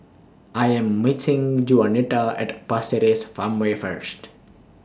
I Am meeting Juanita At Pasir Ris Farmway First